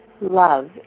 love